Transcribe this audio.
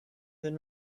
than